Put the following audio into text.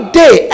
day